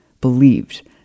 believed